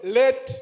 let